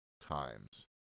times